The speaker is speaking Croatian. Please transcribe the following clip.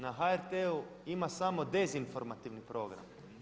Na HRT-u ima samo dezinformativni program.